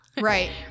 right